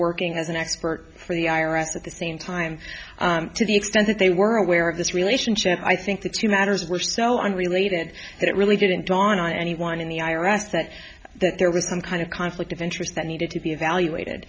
working as an expert for the i r s at the same time to the extent that they were aware of this relationship i think the two matters were so unrelated that it really didn't dawn on anyone in the i r s that there was some kind of conflict of interest that needed to be evaluated